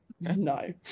no